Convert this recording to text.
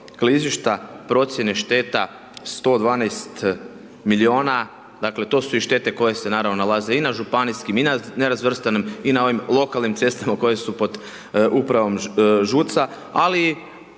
klizišta, procjene šteta 112 milijuna, dakle, to su i štete koje se naravno, nalaze i na županijskim i na nerazvrstanim i na ovim lokalnim cestama koje su pod upravom ŽUC-a, ali